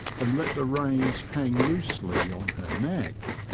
and let the reins hang loosely on her neck.